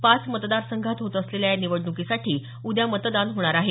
पाच मतदार संघात होत असलेल्या या निवडण्कीसाठी उद्या मतदान होणार आहे